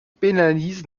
pénalise